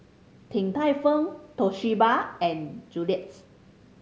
Din Tai Fung Toshiba and Julie's